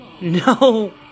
no